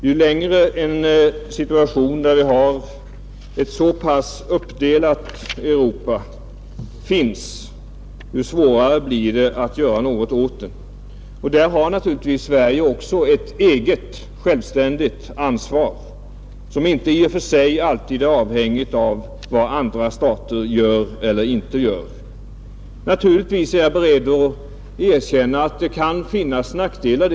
Ju längre denna situation med ett så pass uppdelat Europa finns kvar, desto svårare blir det att göra något åt saken. Där har naturligtvis Sverige också ett eget, självständigt ansvar, som inte i och för sig alltid är avhängigt av vad andra stater gör eller inte gör. Naturligtvis är jag beredd att erkänna att det kan finnas nackdelar.